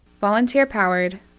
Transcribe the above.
Volunteer-powered